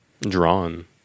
Drawn